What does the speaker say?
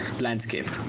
landscape